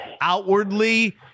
outwardly